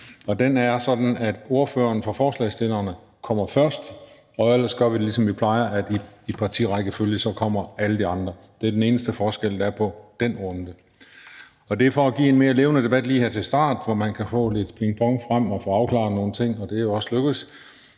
Det er sådan, at ordføreren for forslagsstillerne kommer først, og ellers gør vi det, ligesom vi plejer: Alle de andre kommer i partirækkefølge. Det er den eneste forskel, der er på den runde. Det er for at give en mere levende debat lige her til start, hvor man kan få lidt pingpong og få afklaret nogle ting, og det er jo også lykkedes.